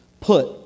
put